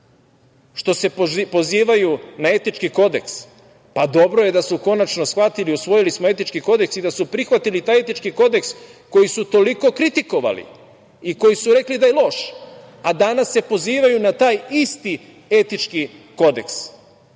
Što se pozivaju na etički kodeks dobro je da su konačno shvatili – usvojili smo etički kodeks i da smo prihvatili taj etički kodeks koji su toliko kritikovali i za koji su rekli da je loš, a danas se pozivaju na taj isti etički kodeks. Dakle,